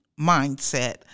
mindset